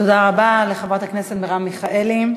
תודה רבה לחברת הכנסת מרב מיכאלי.